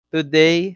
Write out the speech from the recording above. Today